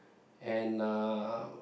and uh